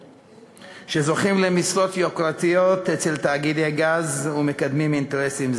שזוכים למשרות יוקרתיות אצל תאגידי גז ומקדמים אינטרסים זרים.